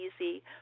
easy